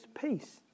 peace